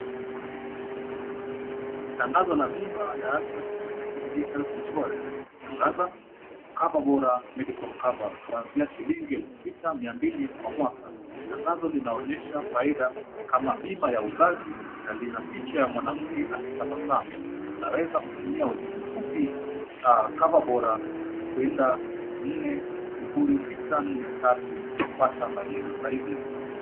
Tangazo la bima ya afya kutoka Jubilee Health Insurance , inatangaza cover bora medical cover kuanzia shillingi elfu sita mia mbili kwa mwaka, tangazo linaonyesha faida kama bima ya uzazi na lina picha ya mwanamke akitabasamu, unaweza kutuma ujumbe mfupi cover bora kwenda 40643 kupata maelezo zaidi.